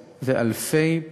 רבותי,